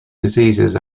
diseases